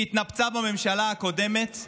שהתנפצה בממשלה הקודמת,